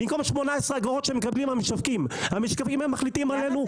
במקום 18 האגורות שמקבלים המשווקים; המשווקים מחליטים עלינו,